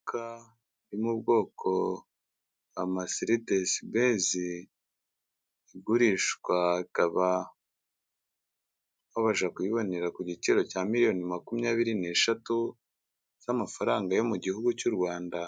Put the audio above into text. Imodoka yo mu bwoko bwa marisidesi benzi igurishwa, ikaba wabasha kuyibonera ku giciro cya miliyoni makumyabiri n'eshatu z'amafaranga yo mu gihugu cy'u Rwanda